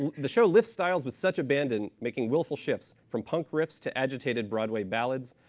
the show lifts styles with such abandon, making willful shifts from punk rifts to agitated broadway ballads,